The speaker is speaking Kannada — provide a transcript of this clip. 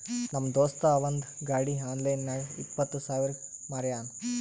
ನಮ್ ದೋಸ್ತ ಅವಂದ್ ಗಾಡಿ ಆನ್ಲೈನ್ ನಾಗ್ ಇಪ್ಪತ್ ಸಾವಿರಗ್ ಮಾರ್ಯಾನ್